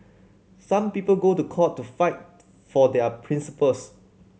some people go to court to fight for their principles